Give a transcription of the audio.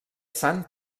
sant